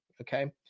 Okay